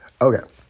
Okay